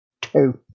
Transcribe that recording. Two